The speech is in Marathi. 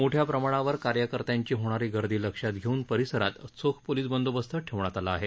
मोठ्या प्रमाणावर कार्यकर्त्यांची होणारी गर्दी लक्षात घेऊन परिसरात चोख पोलीस बंदोबस्त ठेवण्यात आला आहे